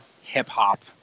hip-hop